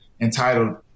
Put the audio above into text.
entitled